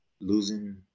losing